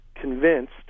convinced